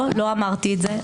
לא אמרתי את זה.